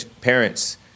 parents